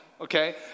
okay